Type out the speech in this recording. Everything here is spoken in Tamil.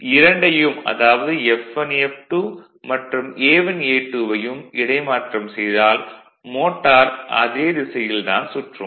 இரண்டையும் அதாவது F1 F2 மற்றும் A1 A2 வையும் இடைமாற்றம் செய்தால் மோட்டர் அதே திசையில் தான் சுற்றும்